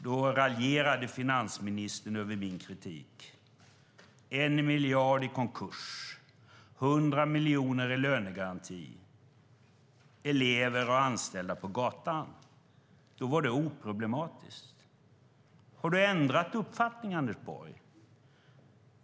Då raljerade finansministern över min kritik. 1 miljard i konkurs, 100 miljoner i lönegaranti, elever och anställda på gatan - det var oproblematiskt då. Har du ändrat uppfattning, Anders Borg?